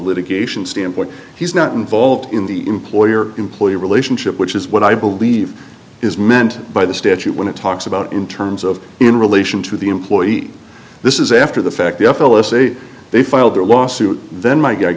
litigation standpoint he's not involved in the employer employee relationship which is what i believe is meant by the statute when it talks about in terms of in relation to the employee this is after the fact the f l s say they filed their lawsuit then my